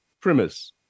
premise